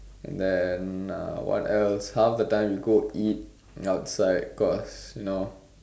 and then what else half the time we go eat outside cause you know